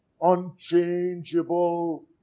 unchangeable